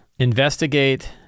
Investigate